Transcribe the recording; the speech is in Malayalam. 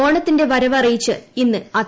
ഓണത്തിന്റെ വരവറിയിച്ച് ഇന്ന് അത്തം